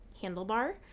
handlebar